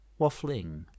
waffling